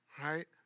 right